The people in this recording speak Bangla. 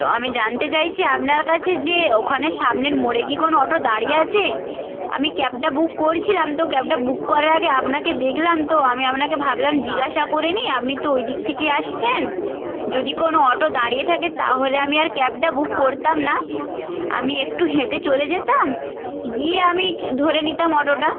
তো আমি জানতে চাইছি আপনার কাছে যে ওখানে সামনের মোড়ে কি কোনো অটো দাঁড়িয়ে আছে আমি ক্যাবটা বুক করছিলাম তো ক্যাবটা বুক করার আগে আপনাকে দেখলাম তো আমি আপনাকে ভাবলাম জিজ্ঞাসা করে নিই আপনি তো ওই দিক থেকে আসছেন যদি কোনো অটো দাঁড়িয়ে থাকে তাহলে আমি আর ক্যাবটা বুক করতাম না আমি একটু হেঁটে চলে যেতাম গিয়ে আমি ধরে নিতাম অটোটা